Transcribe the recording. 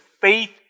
faith